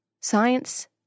science